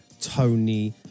Tony